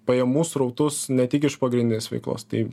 pajamų srautus ne tik iš pagrindinės veiklos tai